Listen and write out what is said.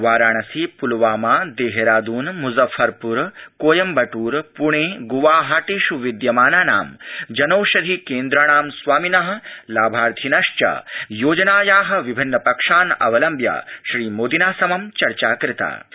वाराणसी पुलवामा देहरादून मुजफ्फरपुर कोयम्बटूर पुणे गुवाहाटीषु विद्यमानां जनौषधि केन्द्राणां स्वामिन लाभार्थिनश्च योजनाया विभिन्न पक्षान् अवलम्ब्य श्री मोदिना समं चर्चां कृतवन्त